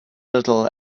little